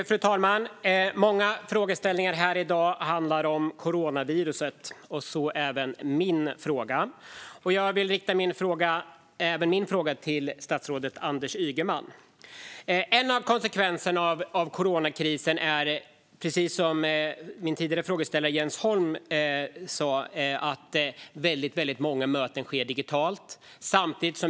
Fru talman! Många frågeställningar här i dag handlar om coronaviruset, och så även min fråga, som jag vill rikta till statsrådet Anders Ygeman. En av konsekvenserna av coronakrisen är, precis som den tidigare frågeställaren Jens Holm sa, att många möten sker digitalt.